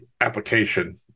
application